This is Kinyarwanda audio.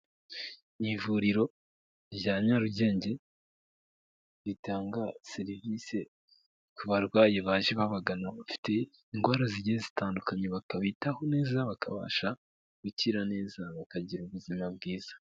Ni ivuriro rya Nyarugenge, ritanga serivisi ku barwayi baje babagana bafite indwara zigiye zitandukanye bakabitaho neza bakabasha gukira neza bakagira ubuzima bwiza.